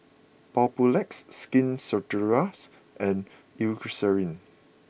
Papulex Skin Ceuticals and Eucerin